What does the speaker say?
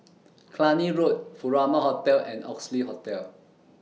Cluny Road Furama Hotel and Oxley Hotel